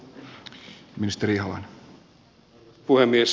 arvoisa puhemies